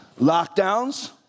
Lockdowns